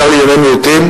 שר לענייני מיעוטים,